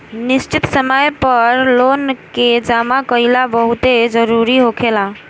निश्चित समय पर लोन के जामा कईल बहुते जरूरी होखेला